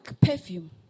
perfume